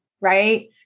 right